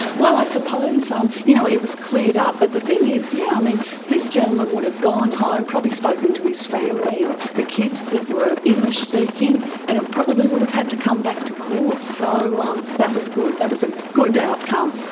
well, i suppose um you know it was cleared up, but the thing is, yeah yes, this gentleman would have gone home, probably spoken to his family or the kids that were english-speaking, and it probably would have had to come back to court. so um that was good, that was a good outcome.